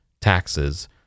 taxes